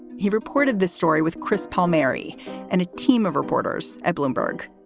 he reported this story with chris palmieri and a team of reporters at bloomberg.